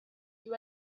you